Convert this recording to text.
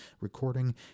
recording